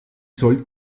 soll